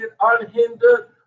unhindered